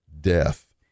death